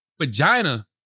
vagina